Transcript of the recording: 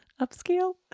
upscale